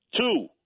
Two